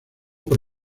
por